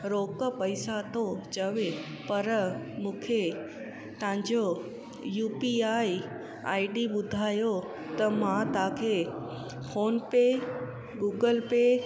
रोक पैसा थो चवे पर मूंखे तव्हांजो यूपीआई आईडी ॿुधायो त मां तव्हांखे फोनपे गूगल पे